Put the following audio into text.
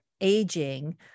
aging